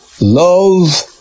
love